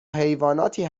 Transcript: حیواناتی